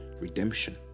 redemption